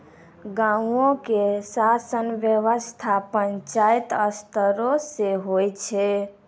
गांवो के शासन व्यवस्था पंचायत स्तरो के होय छै